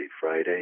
Friday